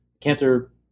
cancer